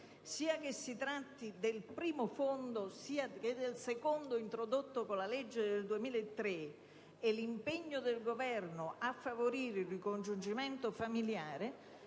sia che si tratti del primo fondo sia del secondo, introdotto con la legge del 2003 - e l'impegno del Governo a favorire il ricongiungimento familiare